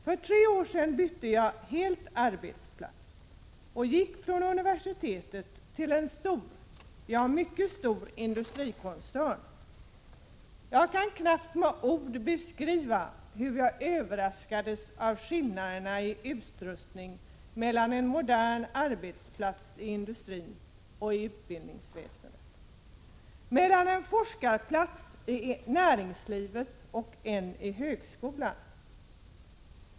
För tre år sedan bytte jag helt arbetsplats och gick från universitetet till en mycket stor industrikoncern. Jag kan knappt med ord beskriva hur jag överraskades av skillnaden i utrustning mellan en modern industriarbetsplats och utbildningsväsendet, mellan en forskarplats i industrin och en i högskolan.